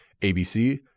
ABC